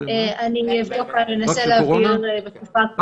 אני אבדוק ואנסה להעביר בתקופה הקרובה.